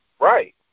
Right